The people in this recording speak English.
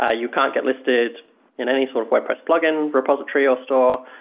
ah you can't get listed in any sort of wordpress plugin, repository or store.